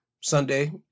Sunday